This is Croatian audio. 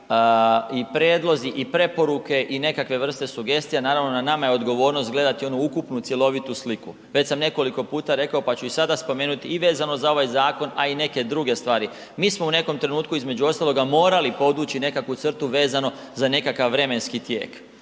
i prijedlozi i preporuke i nekakve vrste sugestija, naravno na nama je odgovornost gledati onu ukupnu cjelovitu sliku. Već sam nekoliko puta rekao, pa ću i sada spomenuti i vezano za ovaj zakon, a i neke druge stvari. Mi smo u nekom trenutku između ostaloga morali podvući nekakvu crtu vezano za nekakav vremenski tijek.